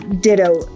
ditto